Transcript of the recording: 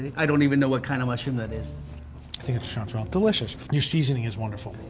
i don't even know what kind of mushroom that is. i think it's a chanterelle, delicious. your seasoning is wonderful.